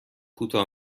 کوتاه